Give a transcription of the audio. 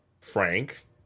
Frank